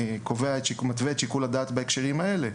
שמתווה את שיקול הדעת בהקשרים האלה,